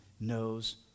knows